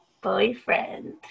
Boyfriend